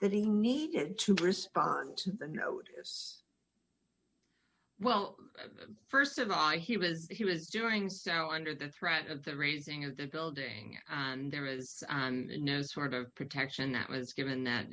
that he needed to respond to the notice well st of all he was he was doing so under the threat of the raising of the building and there was no sort of protection that was given